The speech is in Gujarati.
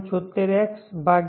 76x 1